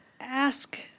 ask